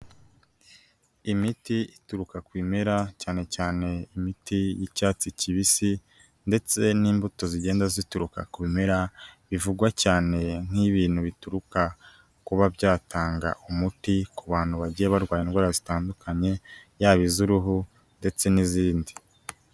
Imiti ituruka ku bimera, cyane cyane imiti y'icyatsi kibisi ndetse n'imbuto zigenda zituruka ku bimera, bivugwa cyane nk'ibintu bituruka ku kuba byatanga umuti ku bantu bagiye barwaye indwara zitandukanye, yaba iz'uruhu ndetse n'izindi.